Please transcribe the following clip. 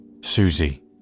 Susie